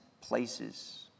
places